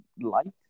light